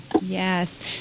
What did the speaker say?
yes